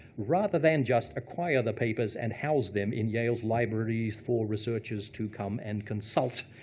rather than just acquire the papers and house them in yale's libraries for researchers to come and consult.